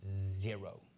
zero